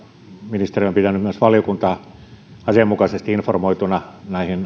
ministeri on pitänyt myös valiokuntaa asianmukaisesti informoituna